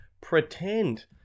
pretend